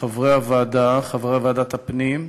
לחברי ועדת הפנים,